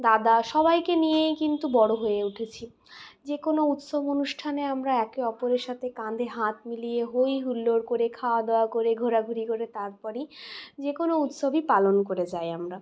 দাদা সবাইকে নিয়েই কিন্তু বড়ো হয়ে উঠেছি যে কোনো উৎসব অনুষ্ঠানে আমরা একে অপরের সাথে কাঁধে হাত মিলিয়ে হই হুল্লোড় করে খাওয়া দাওয়া করে ঘোরা ঘুরি করে তারপরই যেকোনো উৎসবই পালন করে যাই আমরা